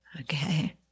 Okay